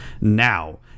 now